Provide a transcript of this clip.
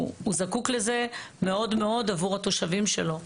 זקוק לזה מאוד מאוד עבור התושבים שלו.